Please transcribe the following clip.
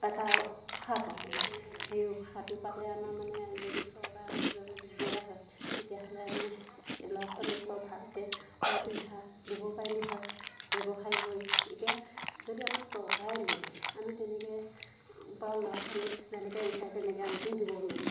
এটা উশাহ পাওঁ আমি সেই উশাহটো পালে আমাৰ মানে যদি চৰকাৰে যদি আমাক দিয়া হয় তেতিয়াহ'লে আমি ল'ৰা ছোৱালীক বাৰু ভালকে খোৱা পিন্ধা দিব পাৰিলোঁ হয় ব্যৱসায় কৰি এতিয়া যদি আমাক চৰকাৰে নিদিয়ে আমি তেনেকৈ বাৰু ল'ৰা ছোৱালীক যেনেকৈ বিচাৰে তেনেকৈ আমিতো দিব নোৱাৰিম